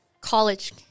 college